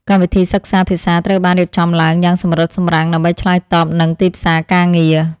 កម្មវិធីសិក្សាភាសាត្រូវបានរៀបចំឡើងយ៉ាងសម្រិតសម្រាំងដើម្បីឆ្លើយតបនឹងទីផ្សារការងារ។